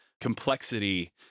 complexity